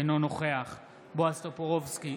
אינו נוכח בועז טופורובסקי,